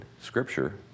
scripture